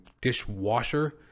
dishwasher